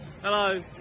Hello